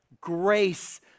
grace